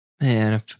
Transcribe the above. man